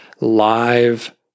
live